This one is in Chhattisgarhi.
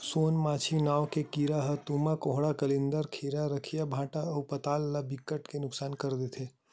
सोन मांछी नांव के कीरा ह तुमा, कोहड़ा, कलिंदर, खीरा, रखिया, भांटा अउ पताल ल बिकट के नुकसान कर देथे